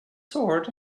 sword